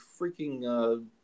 freaking